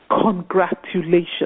congratulations